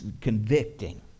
Convicting